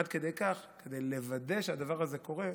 עד כדי כך שכדי לוודא שהדבר הזה קורה,